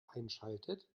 einschaltet